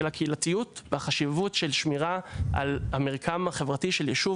של הקהילתיות והחשיבות של שמירה על המרקם החברתי של יישוב,